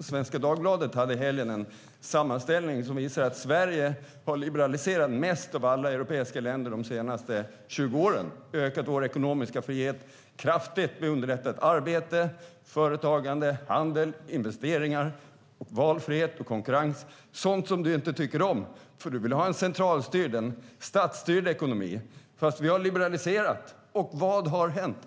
Svenska Dagbladet hade i helgen en sammanställning som visar att Sverige har liberaliserats mest av alla europeiska länder de senaste 20 åren. Vi har ökat vår ekonomiska frihet kraftigt. Vi har underlättat arbete, företagande, handel, investeringar, valfrihet och konkurrens, sådant som du inte tycker om, för du vill ha en centralstyrd, en statsstyrd ekonomi. Vi har liberaliserat, och vad har hänt?